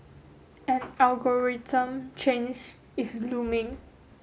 an algorithm change is looming